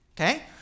okay